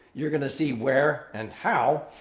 you're going to see where and how.